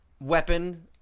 weapon